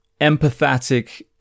empathetic